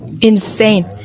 insane